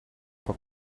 for